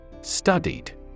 Studied